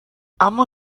اما